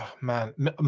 man